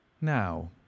now